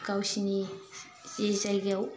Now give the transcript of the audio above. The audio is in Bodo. गावसिनि जि जायगायाव